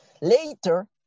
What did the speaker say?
Later